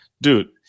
Dude